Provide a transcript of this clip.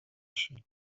się